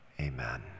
amen